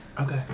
Okay